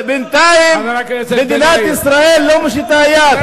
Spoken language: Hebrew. ובינתיים מדינת ישראל לא מושיטה יד.